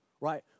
right